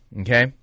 okay